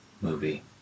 movie